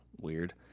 weird